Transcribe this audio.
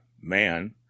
man